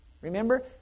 Remember